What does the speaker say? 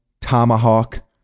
tomahawk